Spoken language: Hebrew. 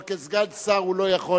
אבל כסגן שר הוא לא יכול.